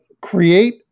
create